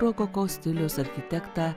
rokoko stiliaus architektą